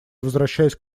возвращаюсь